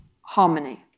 harmony